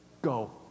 go